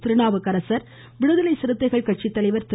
திருநாவுக்கரசர் விடுதலை சிறுத்தைகள் கட்சி தலைவர் திரு